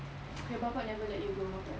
your bapa never let you go makan